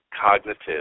cognitive